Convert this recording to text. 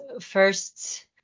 first